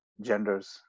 genders